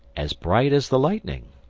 as bright as the lightning.